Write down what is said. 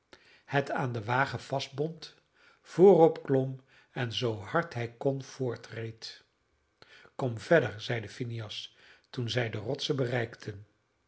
het aan den wagen vastbond voorop klom en zoo hard hij kon voortreed komt verder zeide phineas toen zij de rotsen bereikten